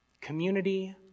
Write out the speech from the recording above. Community